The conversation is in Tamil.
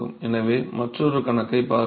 எனவே மற்றொரு கணக்கைப் பார்ப்போம்